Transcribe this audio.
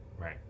Right